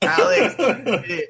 Alex